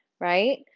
Right